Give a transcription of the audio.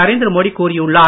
நரேந்திர மோடி கூறியுள்ளார்